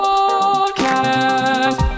Podcast